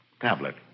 tablet